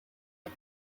and